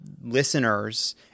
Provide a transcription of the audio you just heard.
listeners